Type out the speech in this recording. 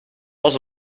was